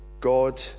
God